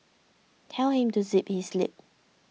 tell him to zip his lip